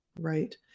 Right